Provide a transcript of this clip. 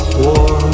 war